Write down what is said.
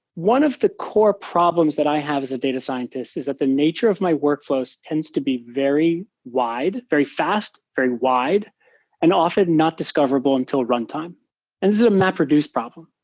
one of the core problems that i have as a data scientists is that the nature of my workflows tends to be very wide, very fast, very wide and often not discoverable until runtime. and this is a mapreduce problem.